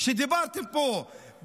שדיברתם פה,